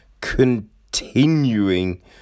continuing